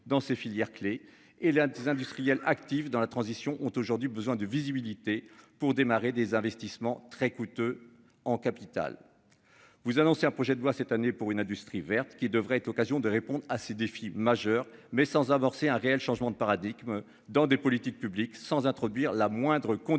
dans ces filières clé et là des industriels active dans la transition ont aujourd'hui besoin de visibilité pour démarrer des investissements très coûteuses en capital. Vous annoncer un projet de loi cette année pour une industrie verte qui devrait être l'occasion de répondre à ces défis majeurs mais sans amorcer un réel changement de paradigme dans des politiques publiques sans introduire la moindre conditionnalité